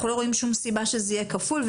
אנחנו לא רואים שום סיבה שזה יהיה כפול,